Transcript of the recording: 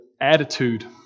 attitude